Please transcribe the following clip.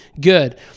good